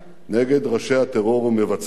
נגד ראשי הטרור ומבצעיו.